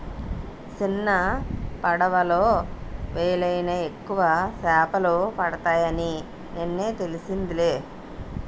సిన్నపడవలో యెల్తేనే ఎక్కువ సేపలు పడతాయని నిన్నే తెలిసిందిలే